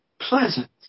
pleasant